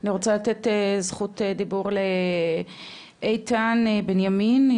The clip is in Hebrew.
אני רוצה לתת זכות דיבור לאיתן בנימין,